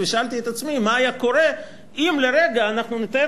ושאלתי את עצמי מה היה קורה אם לרגע אנחנו נתאר